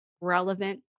relevant